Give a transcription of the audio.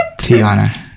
Tiana